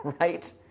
right